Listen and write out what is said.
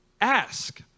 ask